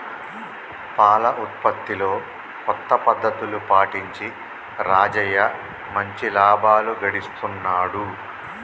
పాల ఉత్పత్తిలో కొత్త పద్ధతులు పాటించి రాజయ్య మంచి లాభాలు గడిస్తున్నాడు